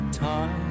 time